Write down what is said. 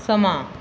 ਸਮਾਂ